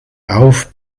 auf